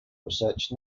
researched